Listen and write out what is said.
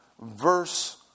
verse